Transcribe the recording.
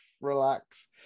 relax